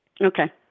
Okay